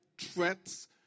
threats